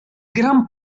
gran